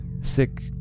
Sick